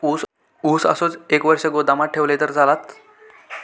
ऊस असोच एक वर्ष गोदामात ठेवलंय तर चालात?